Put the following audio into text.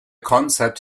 concept